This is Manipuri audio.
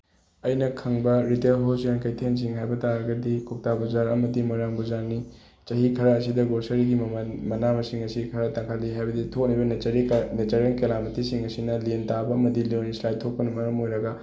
ꯑꯩꯅ ꯈꯪꯕ ꯔꯤꯇꯦꯜ ꯍꯣꯜꯁꯦꯜ ꯀꯩꯊꯦꯜꯁꯤꯡ ꯍꯥꯏꯕ ꯇꯥꯔꯒꯗꯤ ꯀꯣꯛꯇꯥ ꯕꯖꯥꯔ ꯑꯃꯗꯤ ꯃꯣꯏꯔꯥꯡ ꯕꯖꯥꯔꯅꯤ ꯆꯍꯤ ꯈꯔ ꯑꯁꯤꯗ ꯒ꯭ꯔꯣꯁꯔꯤꯒꯤ ꯃꯃꯜ ꯃꯅꯥ ꯃꯁꯤꯡ ꯑꯁꯤ ꯈꯔ ꯇꯥꯡꯈꯠꯂꯤ ꯍꯥꯏꯕꯗꯤ ꯊꯣꯛꯂꯤꯕ ꯅꯦꯆꯔꯦꯜ ꯀꯦꯂꯥꯃꯤꯇꯤꯁꯤꯡ ꯑꯁꯤꯅ ꯂꯦꯟ ꯇꯥꯕ ꯑꯃꯗꯤ ꯂꯦꯟꯏꯁꯂꯥꯏꯠ ꯊꯣꯛꯄꯅ ꯃꯔꯝ ꯑꯣꯏꯔꯒ